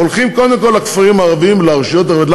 הולכים קודם כול לכפרים הערביים ולרשויות הערביות.